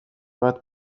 bat